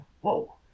whoa